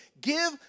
give